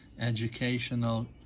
educational